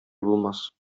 булмас